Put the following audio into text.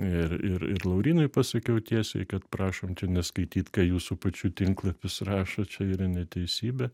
ir ir ir laurynui pasakiau tiesiai kad prašom čia neskaityt ką jūsų pačių tinklapis rašo čia yra neteisybė